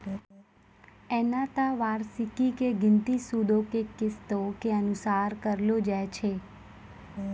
एना त वार्षिकी के गिनती सूदो के किस्तो के अनुसार करलो जाय छै